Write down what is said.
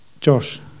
Josh